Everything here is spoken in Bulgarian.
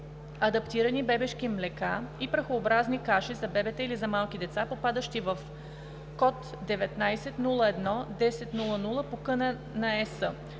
Адаптирани бебешки млека и прахообразни каши за бебета или за малки деца, попадащи в Код 1901 10 00 по КН на ЕС.